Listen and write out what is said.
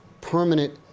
permanent